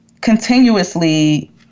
continuously